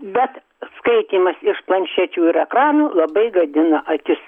bet skaitymas iš planšečių ir ekranų labai gadina akis